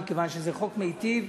מכיוון שזה חוק מיטיב,